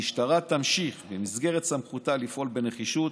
המשטרה תמשיך במסגרת סמכותה לפעול בנחישות